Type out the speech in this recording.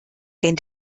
denn